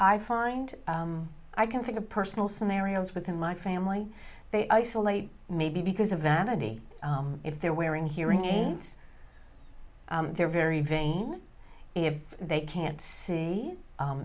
i find i can think of personal scenarios within my family they isolate maybe because of vanity if they're wearing hearing aids they're very vain if they can't see